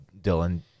dylan